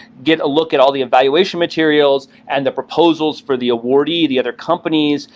get a look at all the evaluation materials and the proposals for the awardee, the other companies,